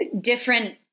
different